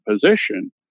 position